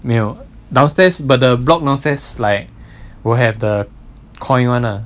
没有 downstairs but the block downstairs like will have the coin [one] lah